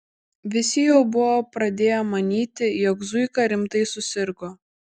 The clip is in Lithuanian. visi jau buvo pradėję manyti jog zuika rimtai susirgo